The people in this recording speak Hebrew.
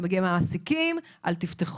זה מגיע מהמעסיקים: אל תפתחו,